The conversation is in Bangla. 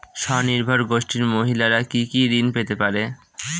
স্বনির্ভর গোষ্ঠীর মহিলারা কি কি ঋণ পেতে পারে?